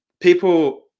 people